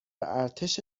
ارتش